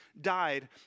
died